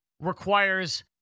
requires